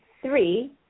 three